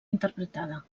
interpretada